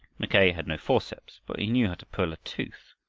mackay had no forceps, but he knew how to pull a tooth,